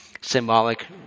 symbolic